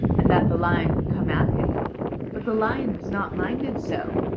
and that the lion would come at him but the lion was not minded so.